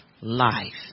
life